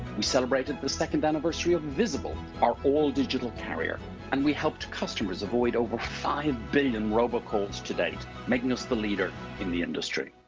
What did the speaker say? we celebrated the second anniversary of visible our all digital carrier and we helped customers avoid over five billion robo calls to date making us the leader in the industry.